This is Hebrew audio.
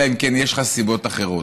אלא אם כן יש לך סיבות אחרות.